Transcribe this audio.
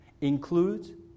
include